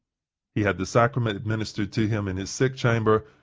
he had the sacrament administered to him in his sick chamber,